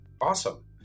awesome